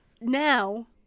now